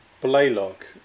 Blaylock